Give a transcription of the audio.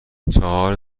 چهار